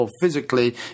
physically